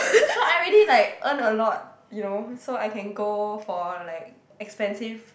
so I already like earned a lot you know so I can go for like expensive